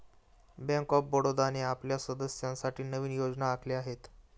bank of बडोदाने आपल्या सदस्यांसाठी नवीन योजना आखल्या आहेत